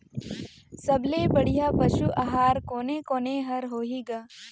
सबले बढ़िया पशु आहार कोने कोने हर होही ग?